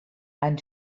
ein